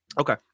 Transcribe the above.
Okay